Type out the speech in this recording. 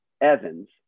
Evans